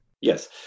Yes